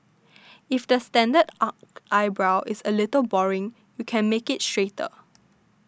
if the standard arched eyebrow is a little boring you can make it straighter